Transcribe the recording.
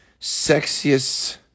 sexiest